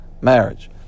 marriage